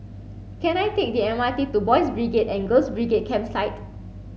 can I take the M R T to Boys' Brigade and Girls' Brigade Campsite